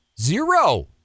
Zero